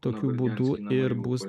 tokiu būdu ir bus